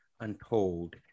untold